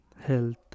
Health